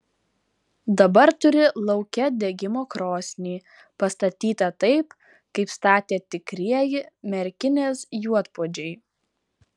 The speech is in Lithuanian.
dabar turi lauke degimo krosnį pastatytą taip kaip statė tikrieji merkinės juodpuodžiai